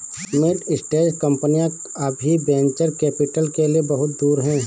mid stage कंपनियां अभी venture capital के लिए बहुत दूर हैं